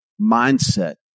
mindset